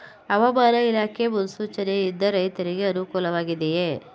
ಹವಾಮಾನ ಇಲಾಖೆ ಮುನ್ಸೂಚನೆ ಯಿಂದ ರೈತರಿಗೆ ಅನುಕೂಲ ವಾಗಿದೆಯೇ?